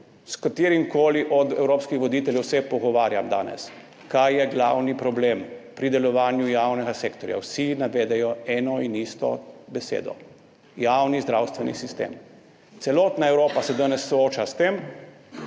s katerimkoli od evropskih voditeljev se pogovarjam danes, kaj je glavni problem pri delovanju javnega sektorja, vsi navedejo eno in isto besedo: javni zdravstveni sistem. Celotna Evropa se danes sooča s tem,